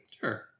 Sure